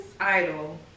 idol